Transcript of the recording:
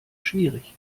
schwierig